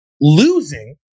losing